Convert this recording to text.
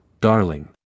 Darling